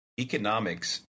Economics